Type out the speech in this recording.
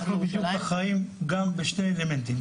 אנחנו בדיוק בחיים בשני אלמנטים,